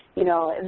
you know,